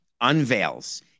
unveils